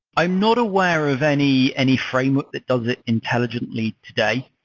i'm not aware of any any framework that does it intelligently today,